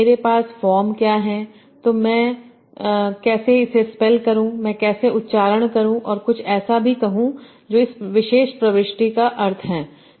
मेरे पास फॉर्म क्या है तो मैं कैसे इसे स्पेल करूँ मैं कैसे प्रनंसीएशन करूँ और कुछ ऐसा भी कहूं जो इस विशेष प्रविष्टि का अर्थ है